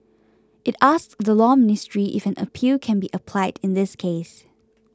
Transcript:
it asked the Law Ministry if an appeal can be applied in this case